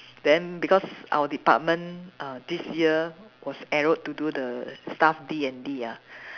then because our department uh this year was arrowed to do the staff D&D ah